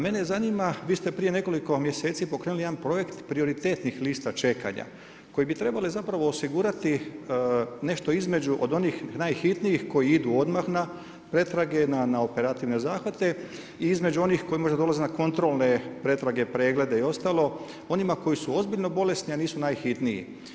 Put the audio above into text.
Mene zanima vi ste prije nekoliko mjeseci pokrenuli jedan projekt prioritetnih lista čekanja koje bi trebala zapravo osigurati nešto između od onih najhitnijih koji idu odmah na pretrage, na operativne zahvate i između onih koji možda dolaze na kontrolne pretrage, preglede i ostalo onima koji su ozbiljno bolesni, a nisu najhitniji.